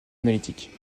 analytique